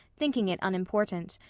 thinking it unimportant.